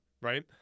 right